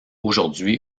aujourd’hui